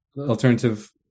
Alternative